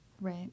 Right